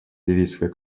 ливийского